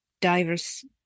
diverse